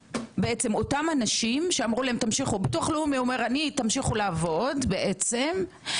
ביטוח לאומי אומר תמשיכו לעבוד והם לא הגישו לא לזה ולא לזה,